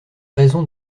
raison